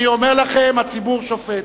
אני אומר לכם: הציבור שופט.